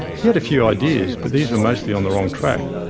he had a few ideas, but these were mostly on the wrong track.